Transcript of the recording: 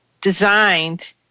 designed